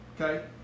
okay